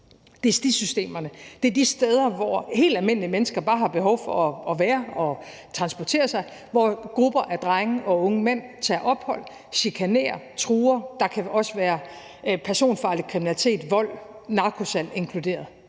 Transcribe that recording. det er på stisystemerne. Det er de steder, hvor helt almindelige mennesker bare har behov for at være og transportere sig, og hvor grupper af drenge og unge mænd tager ophold, chikanerer og truer, og der kan også være personfarlig kriminalitet, vold og narkosalg inkluderet.